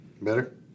Better